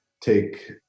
Take